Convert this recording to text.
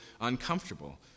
uncomfortable